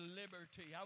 liberty